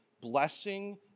blessing